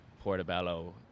Portobello